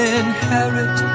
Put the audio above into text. inherit